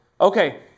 Okay